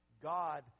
God